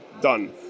done